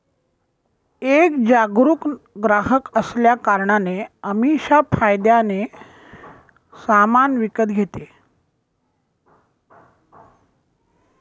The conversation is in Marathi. एक जागरूक ग्राहक असल्या कारणाने अमीषा फायद्याने सामान विकत घेते